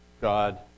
God